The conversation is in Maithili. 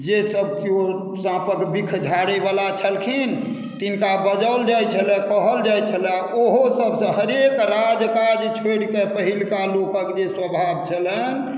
जेसभ किओ साँपक विष झाड़यवला छलखिन तिनका बजाओल जाइत छलए कहल जाइत छलए ओहोसभ से हरेक राज काज छोड़ि कऽ पहिलुका लोकक जे स्वभाव छलनि